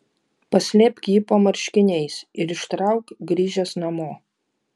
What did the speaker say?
paslėpk jį po marškiniais ir ištrauk grįžęs namo